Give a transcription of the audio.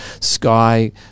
Sky